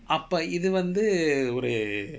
அப்ப இது வந்து ஒரு:appe ithu vanthu oru